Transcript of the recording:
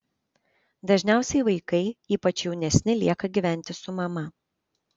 dažniausiai vaikai ypač jaunesni lieka gyventi su mama